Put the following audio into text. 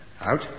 Out